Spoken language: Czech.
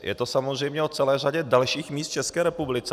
Je to samozřejmě o celé řadě dalších míst v České republice.